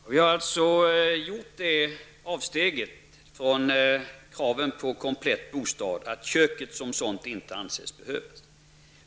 Herr talman! Vi har alltså gjort det avsteget från kravet på komplett bostad att köket som sådant inte anses vara nödvändigt.